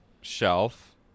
Shelf